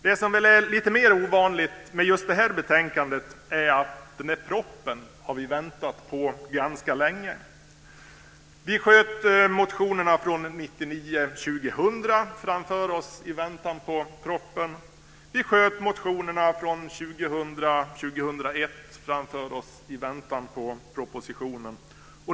Det som är ovanligt med just det här betänkandet är att vi har väntat ganska länge på den där propositionen. Vi sköt motionerna från 1999 2001 framför oss i väntan på propositionen.